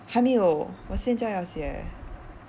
还没有我现在要写